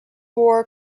war